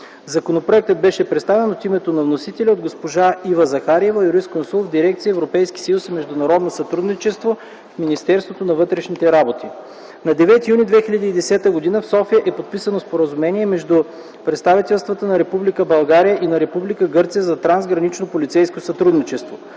Законопроектът беше представен от името на вносителя от госпожа Ива Захариева – юрисконсулт в Дирекция „Европейски съюз и международно сътрудничество” в Министерството на вътрешните работи. На 9 юни 2010 г. в София е подписано Споразумение между правителствата на Република България и на Република Гърция за трансгранично полицейско сътрудничество.